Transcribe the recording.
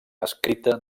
escrita